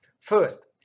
First